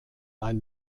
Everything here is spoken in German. ein